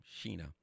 Sheena